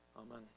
amen